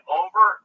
over